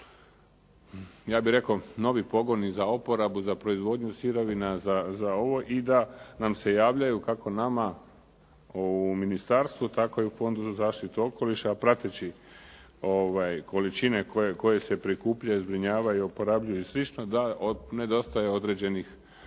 ja bih rekao novi pogoni za oporabu, za proizvodnju sirovina za ovo i da nam se javljaju, kako nama u ministarstvu tako i u fondu za zaštitu okoliša a prateći količine koje se prikupljaju, zbrinjavaju, oporabljuju i slično da nedostaje određenih